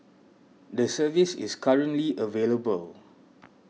the service is currently available